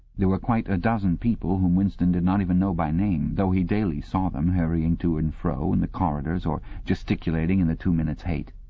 there were quite a dozen people whom winston did not even know by name, though he daily saw them hurrying to and fro in the corridors or gesticulating in the two minutes hate.